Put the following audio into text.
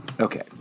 Okay